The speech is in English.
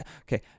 Okay